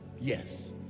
Yes